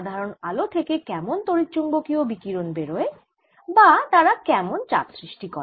সাধারন আলো থেকে কেমন তড়িৎচুম্বকীয় বিকিরণ বেরোয় বা তারা কেমন চাপ সৃষ্টি করে